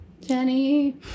Jenny